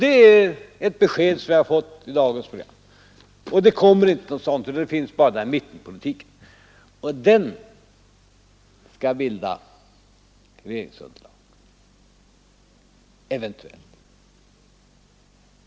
Det är ett besked som jag har fått i dagens debatt. Det kommer inte heller något sådant program. Det enda som skall gälla är stencilen om mittenpolitiken, och det är den som eventuellt skall vara regeringsunderlag.